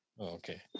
Okay